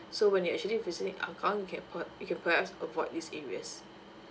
so when you're actually visiting hougang you can per~ you can perhaps avoid these areas